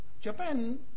Japan